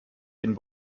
den